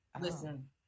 Listen